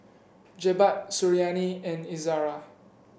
Jebat Suriani and Izzara